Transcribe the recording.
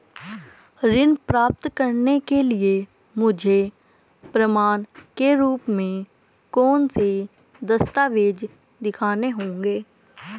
ऋण प्राप्त करने के लिए मुझे प्रमाण के रूप में कौन से दस्तावेज़ दिखाने होंगे?